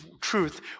truth